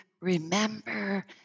remember